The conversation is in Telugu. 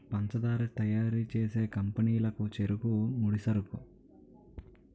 పంచదార తయారు చేసే కంపెనీ లకు చెరుకే ముడిసరుకు